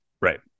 Right